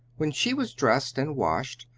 when she was dressed and washed,